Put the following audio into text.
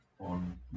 on